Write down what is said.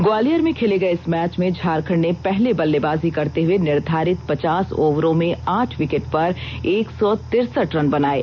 ग्वालियर में खेले गये इस मैच में झारखंड ने पहले बल्लेबाजी करते हुए निर्धारित पचास ओवरों में आठ विकेट पर एक सौ तिरसठ रन बनाये